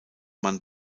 man